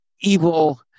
evil